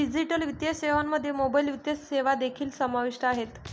digital वित्तीय सेवांमध्ये mobile वित्तीय सेवा देखील समाविष्ट आहेत